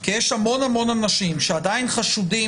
כי יש המון המון אנשים שעדיין חשודים